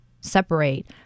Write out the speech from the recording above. separate